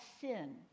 sin